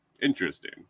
Interesting